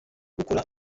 ukora